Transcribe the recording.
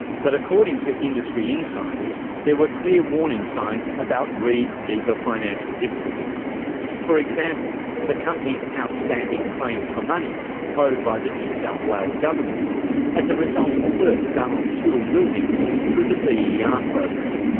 but according to industry insiders, there were clear warning signs about reed's deeper financial difficulties for example, the company's outstanding claims for money owed by the new south wales government as a result of work done on school buildings through the ber ah program.